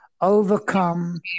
overcome